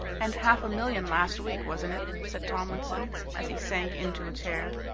and half a million last week, wasn't it? said tomlinson as he sank into a chair.